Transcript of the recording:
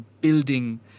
building